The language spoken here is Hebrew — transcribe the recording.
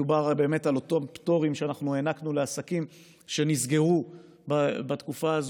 ומדובר על אותם פטורים שאנחנו הענקנו לעסקים שנסגרו בתקופה הזאת,